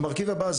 המרכיב הבא,